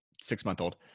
six-month-old